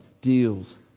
deals